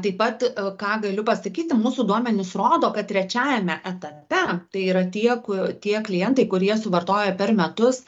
taip pat ką galiu pasakyti mūsų duomenys rodo kad trečiajame etape tai yra tie kur tie klientai kurie suvartoja per metus